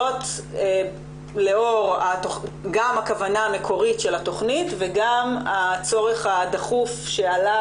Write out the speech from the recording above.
זאת לאור גם הכוונה המקורית של התכנית וגם הצורך הדחוף שעלה